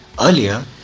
Earlier